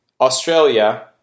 Australia